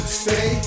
stay